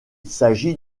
s’agit